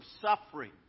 suffering